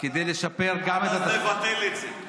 כדי לשפר גם את, עד אז נבטל את זה.